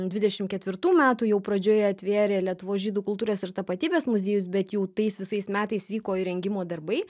dvidešimt ketvirtų metų jau pradžioje atvėrė lietuvos žydų kultūros ir tapatybės muziejus bet jau tais visais metais vyko įrengimo darbai